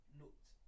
looked